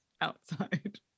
outside